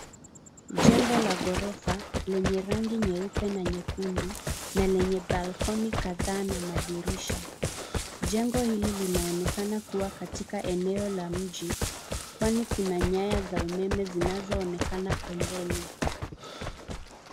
Jengo la ghorofa lenye rangi nyeupe na nyekundu na lenye balcony kadhaa na madirisha. Jengo hili linaonekana kuwa katika eneo la mji kwani kuna nyaya za umeme zinazoonekana pembeni.